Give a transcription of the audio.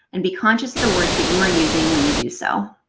and be conscious of the words that you are using when you do so.